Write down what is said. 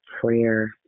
prayer